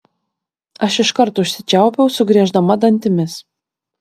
aš iškart užsičiaupiau sugrieždama dantimis